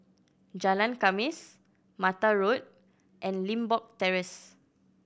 Jalan Khamis Mata Road and Limbok Terrace